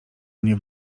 mnie